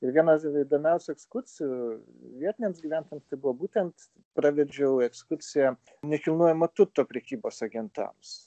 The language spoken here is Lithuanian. ir vienas įdomiausių ekskursijų vietiniams gyventojams tai buvo būtent pravedžiau ekskursiją nekilnojamo turto prekybos agentams